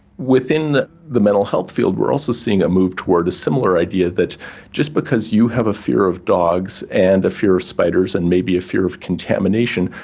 within the mental health field we are also seeing a move towards a similar idea, that just because you have a fear of dogs and a fear of spiders and maybe a fear of contamination,